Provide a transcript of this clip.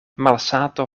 malsato